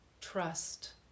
trust